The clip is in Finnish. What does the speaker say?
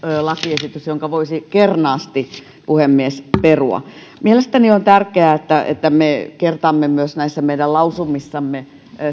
lakiesitys jonka voisi kernaasti puhemies perua mielestäni on tärkeää että että me kertaamme myös näissä meidän lausumissamme